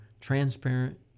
transparent